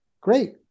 great